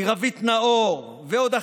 מרוית נאור ועוד אחרים,